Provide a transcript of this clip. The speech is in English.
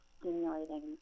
stimulating